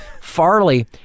Farley